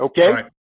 okay